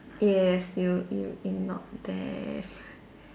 yes you ig~ ignored them